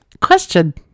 question